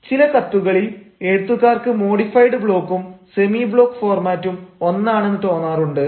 ചില കത്തുകളിൽ എഴുത്തുകാർക്ക് മോഡിഫൈഡ് ബ്ലോക്കും സെമി ബ്ലോക്ക് ഫോർമാറ്റും ഒന്നാണെന്ന് തോന്നാറുണ്ട്